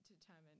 determine